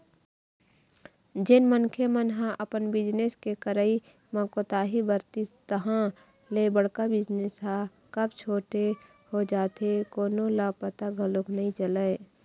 जेन मनखे मन ह अपन बिजनेस के करई म कोताही बरतिस तहाँ ले बड़का बिजनेस ह कब छोटे हो जाथे कोनो ल पता घलोक नइ चलय